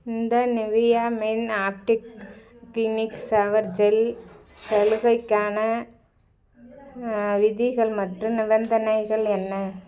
இந்த Nivea men active clinic shower gel சலுகைக்கான விதிகள் மற்றும் நிபந்தனைகள் என்ன